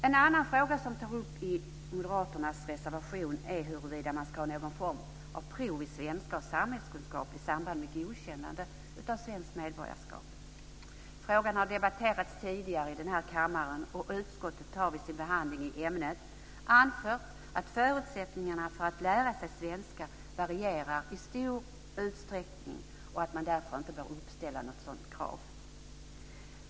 En annan fråga som tas upp i moderaternas reservation är huruvida man ska ha någon form av prov i svenska och samhällskunskap i samband med godkännande av svenskt medborgarskap. Frågan har debatterats tidigare i den här kammaren och utskottet har vid sin behandling i ämnet anfört att förutsättningarna för att lära sig svenska varierar i stor utsträckning och att man därför inte bör uppställa något sådant krav.